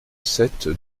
sept